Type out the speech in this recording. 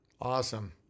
Awesome